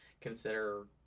consider